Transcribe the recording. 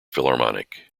philharmonic